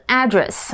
address